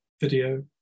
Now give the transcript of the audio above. video